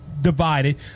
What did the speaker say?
divided